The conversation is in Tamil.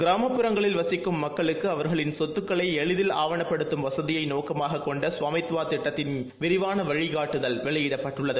கிராமப்புறங்களில் வசிக்கும் மக்களுக்கு அவர்களின் சொத்துக்களை எளிதில் ஆவணப்படுத்தும் வசதியை நோக்கமாக கொண்ட ஸ்வாமித்வா இட்டத்தின் விரிவான வழிகாட்டுதல் வெளியிடப்பட்டுள்ளது